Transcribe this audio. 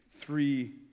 three